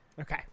Okay